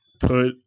put